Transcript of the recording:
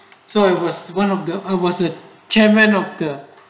so I was one of the I was the chairman of the